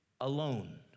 alone